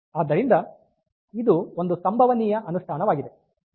ಆದ್ದರಿಂದ ಇದು ಒಂದು ಸಂಭವನೀಯ ಅನುಷ್ಠಾನವಾಗಿದೆ